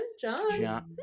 John